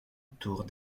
tours